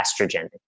estrogen